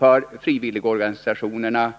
För frivilligorganisationerna